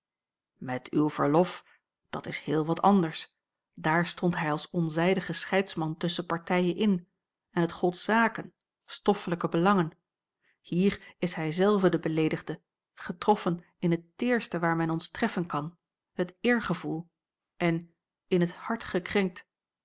met uw verlof dat is heel wat anders daar stond hij als onzijdige scheidsman tusschen partijen in en het gold zaken stoffelijke belangen hier is hijzelf de beleedigde getroffen in het teerste waar men ons treffen kan het eergevoel en in het hart gekrenkt